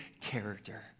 character